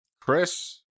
Chris